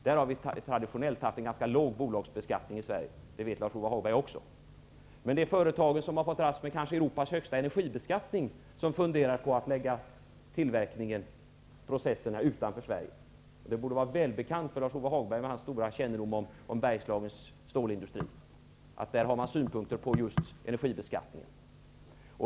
Traditionellt sett har vi haft en ganska låg bolagsbeskattning i Sverige, vilket även Lars-Ove Hagberg vet. Det är emellertid företag som har dragits med väldens högsta energibeskattning som funderar på att lägga tillverkningsprocesserna utanför Sverige. Det borde vara välbekant för Lars-Ove Hagberg, med hans stora kännedom om Bergslagens stålindustri, att man där har synpunkter på just energibeskattningen.